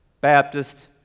Baptist